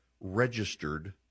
registered